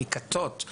מכתות.